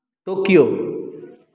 Tokyo